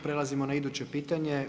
Prelazimo na iduće pitanje.